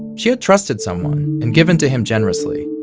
she had trusted someone and given to him generously.